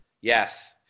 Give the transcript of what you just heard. yes